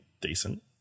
decent